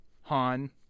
Han